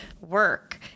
work